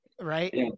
Right